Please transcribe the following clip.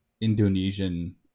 Indonesian